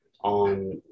on